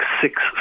six